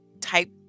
type